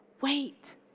wait